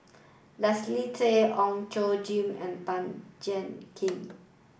Leslie Tay Ong Tjoe Kim and Tan Jiak Kim